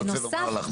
אני רוצה לומר לך.